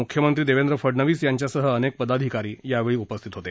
मुख्यमंत्री देवेंद्र फडनवीस यांच्यासह अनेक पदाधिकारी यावेळी उपस्थित होते